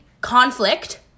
Conflict